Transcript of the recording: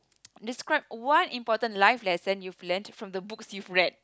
describe one important life lesson you've learnt from the books you read